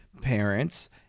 parents